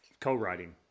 co-writing